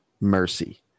mercy